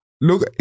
look